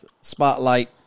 spotlight